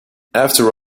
after